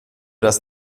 dass